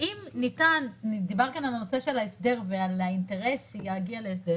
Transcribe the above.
האם ניתן דובר כאן על הנושא של ההסדר ועל האינטרס להגיע להסדר